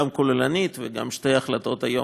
גם כוללנית וגם שתי החלטות היום,